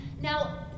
Now